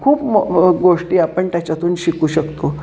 खूप मग गोष्टी आपण त्याच्यातून शिकू शकतो